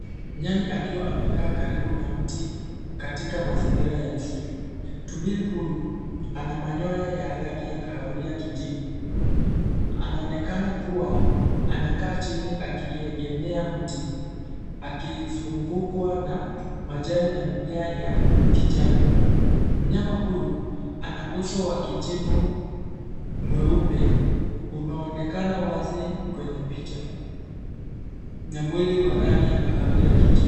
Nyani akiwa amekaa karibu na mti, katika mazingira ya msitu. Tumbili huyu, ana manyoya ya rangi ya kahawia kijivu. Anaonekana kua, anakaa chini akiegemea mti akizungukwa na majani na mimea ya kijani. Mnyama huyu, ana uso wa kijivu, mweupe, unaonekana wazi kwenye picha. Na mwili wa rangi ya kahawia kijivu.